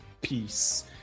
peace